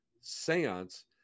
seance